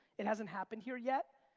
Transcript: it hasn't happened here yet,